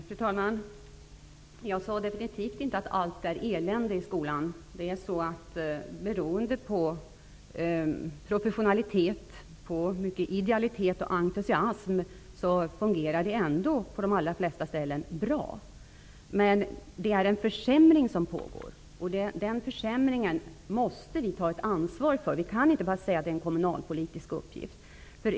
Fru talman! Jag sade definitivt inte att allt är elände i skolan. Beroende på professionalitet, på mycket idealitet och entusiasm fungerar det ändå bra på de flesta ställen. Men det sker en försämring, och den försämringen måste vi ta ett ansvar för. Vi kan inte bara säga att det är en kommunalpolitisk uppgift.